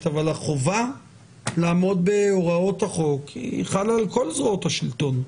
אבל החובה לעמוד בהוראות החוק חלה על כל זרועות השלטון.